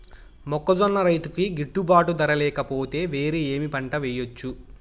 మొక్కజొన్న రైతుకు గిట్టుబాటు ధర లేక పోతే, వేరే ఏమి పంట వెయ్యొచ్చు?